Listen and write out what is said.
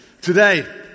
today